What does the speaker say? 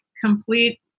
complete